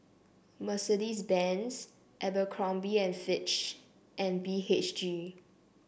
Mercedes Benz Abercrombie and Fitch and B H G